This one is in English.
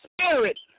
spirit